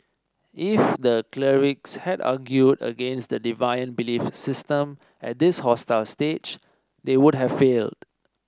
if the clerics had argued against the deviant belief system at this hostile stage they would have failed